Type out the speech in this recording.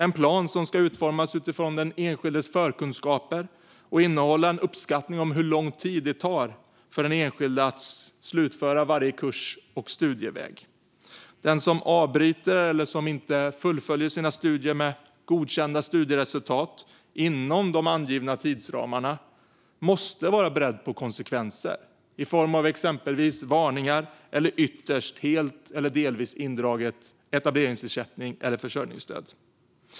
Det ska vara en plan som utformas utifrån den enskildes förkunskaper och innehåller en uppskattning om hur lång tid det kommer att ta för den enskilda att slutföra varje kurs och studieväg. Den som avbryter eller inte fullföljer sina studier med godkända studieresultat inom de angivna tidsramarna måste vara beredd på konsekvenser i form av exempelvis varningar och ytterst helt eller delvis indragen etableringsersättning eller försörjningsstöd.